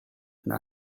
and